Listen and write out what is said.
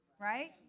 right